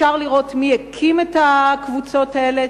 אפשר לראות מי הקים את הקבוצות האלה,